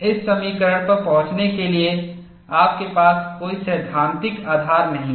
इस समीकरण पर पहुंचने के लिए आपके पास कोई सैद्धांतिक आधार नहीं है